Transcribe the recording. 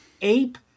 ape